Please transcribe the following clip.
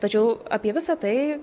tačiau apie visą tai